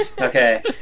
Okay